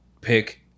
pick